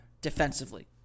defensively